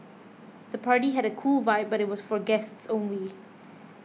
the party had a cool vibe but was for guests only